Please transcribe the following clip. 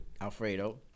Alfredo